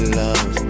love